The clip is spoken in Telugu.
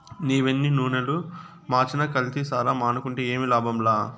నీవెన్ని నూనలు మార్చినా కల్తీసారా మానుకుంటే ఏమి లాభంలా